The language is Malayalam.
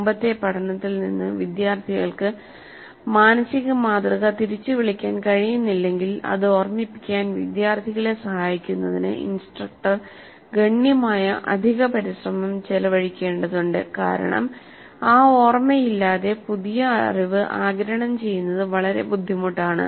മുമ്പത്തെ പഠനത്തിൽ നിന്ന് വിദ്യാർത്ഥികൾക്ക് മാനസിക മാതൃക തിരിച്ചുവിളിക്കാൻ കഴിയുന്നില്ലെങ്കിൽ അത് ഓർമ്മിപ്പിക്കാൻ വിദ്യാർത്ഥികളെ സഹായിക്കുന്നതിന് ഇൻസ്ട്രക്ടർ ഗണ്യമായ അധിക പരിശ്രമം ചെലവഴിക്കേണ്ടതുണ്ട് കാരണം ആ ഓർമയില്ലാതെ പുതിയ അറിവ് ആഗിരണം ചെയ്യുന്നത് വളരെ ബുദ്ധിമുട്ടാണ്